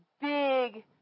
big